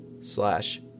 slash